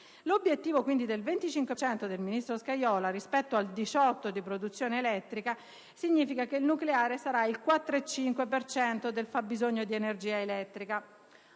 l'obiettivo del 25 per cento del ministro Scajola, rispetto al 18 di produzione elettrica, significa che il nucleare sarà il 4,5 per cento del fabbisogno di energia elettrica.